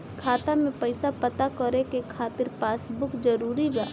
खाता में पईसा पता करे के खातिर पासबुक जरूरी बा?